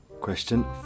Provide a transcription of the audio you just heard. Question